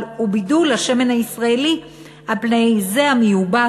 ובידול השמן הישראלי על-פני זה המיובא,